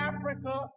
Africa